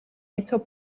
estos